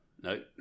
No